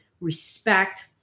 respect